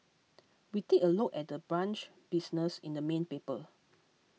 we take a look at the brunch business in the main paper